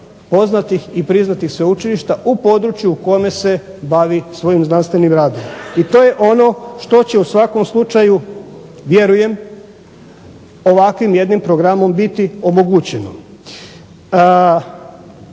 poznatih i priznatih sveučilišta u području u kome se bavi svojim znanstvenim radom. I to je ono što će u svakom slučaju vjerujem ovakvim jednim programom biti omogućeno.